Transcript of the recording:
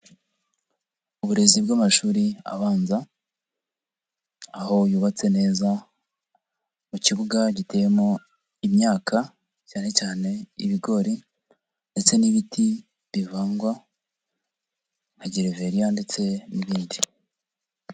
Uburezi bw'amashuri abanza, aho yubatse neza, mu kibuga giteyemo imyaka, cyanecyane ibigori, ndetse n'ibiti bivangwa nka gereveriya ndetse n'ibindi.